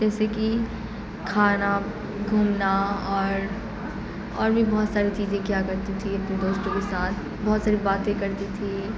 جیسے کہ کھانا گھومنا اور اور بھی بہت ساری چیزیں کیا کرتی تھی اپنے دوستوں کے ساتھ بہت ساری باتیں کرتی تھی